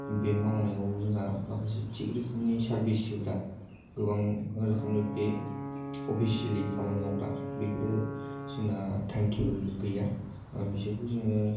बे मावनायाव जोंहा माखासे थिग रोखोमनि सारबिस होग्रा गोबां रोखोमनि बे अफिसियालि खामानि मावग्रा बेफोरो जोंना टाइम टेबोल गैया बिसोरखौ आङो